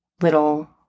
little